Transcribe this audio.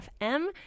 FM